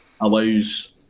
allows